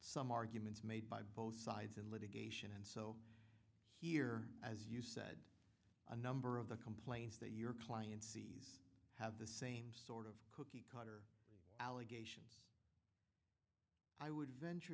some arguments made by both sides in litigation and so here as you said a number of the complaints that your clients have the same sort of allegation i would venture